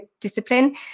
discipline